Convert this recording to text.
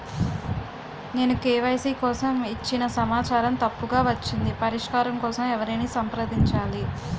నేను కే.వై.సీ కోసం ఇచ్చిన సమాచారం తప్పుగా వచ్చింది పరిష్కారం కోసం ఎవరిని సంప్రదించాలి?